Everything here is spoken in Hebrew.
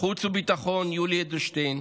החוץ והביטחון יולי אדלשטיין